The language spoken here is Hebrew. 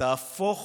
תהפוך